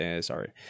Sorry